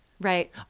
Right